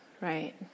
Right